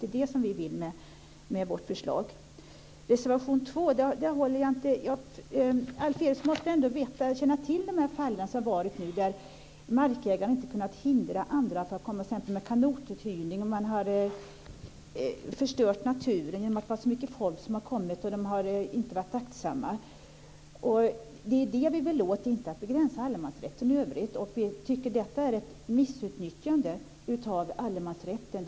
Det är det vi vill med vårt förslag. När det gäller reservation 2 måste Alf Eriksson ändå känna till de fall som har förekommit där markägaren inte har kunnat hindra att man kommit med t.ex. kanotuthyrning och förstört naturen i och med att det har kommit en massa folk som inte varit aktsamma. Det är det vi vill åt, inte att begränsa allemansrätten i övrigt. Vi tycker att detta är ett missutnyttjande av allemansrätten.